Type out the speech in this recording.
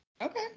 Okay